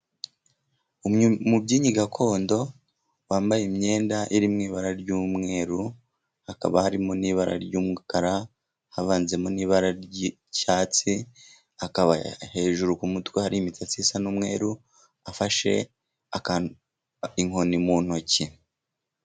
Umubyinnyi gakondo wambaye imyenda iri mu ibara ry'umweru, hakaba harimo n'ibara ry'umukara havanzemo n'ibara ry'icyatsi, hakaba hejuru ku mutwe hari imisatsi isa n'umweru afashe inkoni mu ntoki.